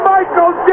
Michael